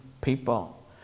people